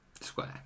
Square